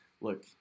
look